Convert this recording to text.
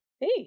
Hey